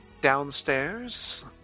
Downstairs